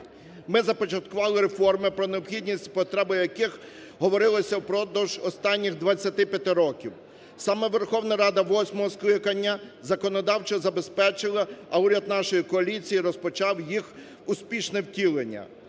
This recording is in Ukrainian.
Ми започаткували реформи, про необхідність, потреби яких говорилося впродовж останній 25 років. Саме Верховна Рада восьмого скликання законодавчо забезпечила, а уряд нашої коаліції розпочав їх успішне втілення.